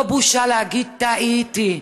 לא בושה להגיד: טעיתי.